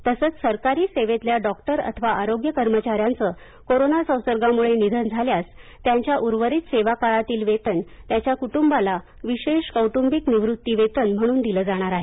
तसंच सरकारी सेवेतल्या डॉक्टर अथवा आरोग्य कर्मचाऱ्याचं कोरोना संसर्गामुळं निधन झाल्यास त्यांच्या उर्वरित सेवा काळातील वेतन त्यांच्या कुटुंबाला विशेष कौटुंबिक निवृत्ती वेतन म्हणून दिलं जाणार आहे